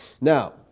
Now